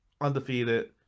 Undefeated